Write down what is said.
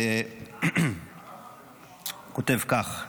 הוא כותב כך: